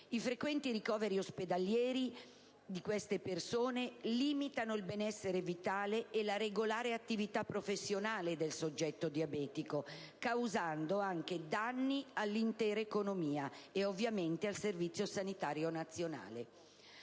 I frequenti ricoveri ospedalieri limitano il benessere vitale e la regolare attività professionale del soggetto diabetico, causando anche danni all'intera economia, e ovviamente al servizio Sanitario nazionale.